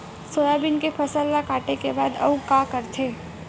Soybean के फसल ल काटे के बाद आऊ का करथे?